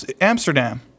Amsterdam